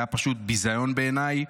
זה היה פשוט ביזיון בעיניי.